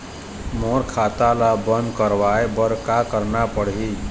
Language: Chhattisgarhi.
मोर खाता ला बंद करवाए बर का करना पड़ही?